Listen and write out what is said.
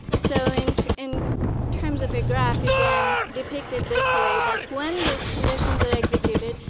so and in terms of a graph, again, depicted this way, that when those conditions are executed,